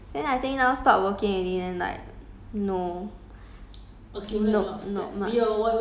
like can treat it as a exercise cause one day I walk so much eh then I think now stop working already then like